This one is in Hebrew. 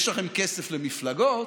יש לכם כסף למפלגות,